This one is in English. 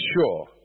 sure